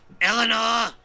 Eleanor